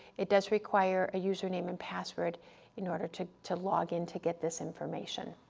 it does require a user name and password in order to to log in to get this information.